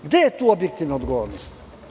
Gde je tu objektivna odgovornost?